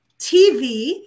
TV